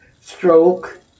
stroke